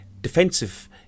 defensive